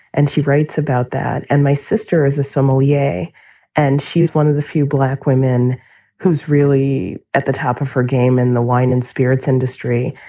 and she writes about that. and my sister is ah so yeah a. and she is one of the few black women who's really at the top of her game in the wine and spirits industry.